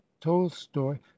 tolstoy